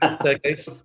staircase